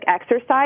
exercise